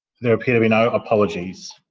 there appear to be no apologies.